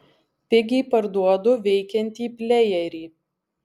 pigiai parduodu veikiantį plejerį